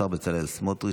השר בצלאל סמוטריץ',